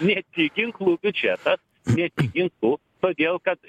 ne tik ginklų biudžetas ne tik ginklų todėl kad